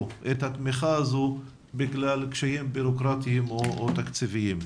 את התמיכה הזו בגלל קשיים בירוקרטים או תקציביים.